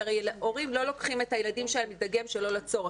כי הרי הורים לא לוקחים את הילדים שלהם להידגם שלא לצורך.